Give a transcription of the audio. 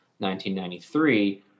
1993